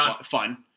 fun